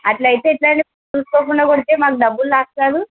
అట్లయితే ఎట్లా చూసుకోకుండా కొడితే మాకు డబ్బులు లాస్ కాదు